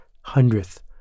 hundredth